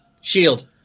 Shield